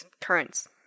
currents